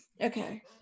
okay